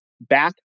back